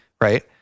right